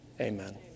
Amen